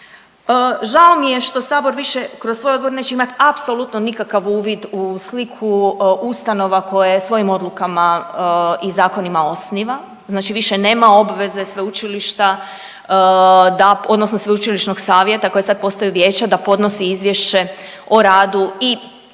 Žao mi je što Sabor više kroz svoj odbor neće imati apsolutno nikakav uvid u sliku ustanova koje svojim odlukama i zakonima osniva, znači više nema obveze sveučilišta da, odnosno sveučilišnog savjeta, koje sam postaju vijeća, da podnosi izvješće o radu